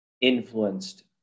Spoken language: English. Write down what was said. influenced